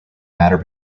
matter